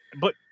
But-